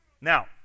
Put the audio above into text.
Now